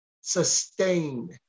sustain